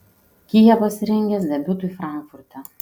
kia pasirengęs debiutui frankfurte